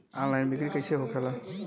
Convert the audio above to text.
Online बिक्री कैसे होखेला?